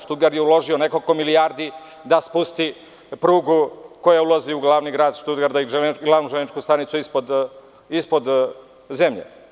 Štutgard je uložio nekoliko milijardi da spusti prugu koja ulazi u glavni grad i glavnu železničku stanicu spusti ispod zemlje.